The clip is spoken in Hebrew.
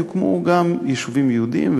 יוקמו גם יישובים יהודיים,